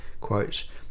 quote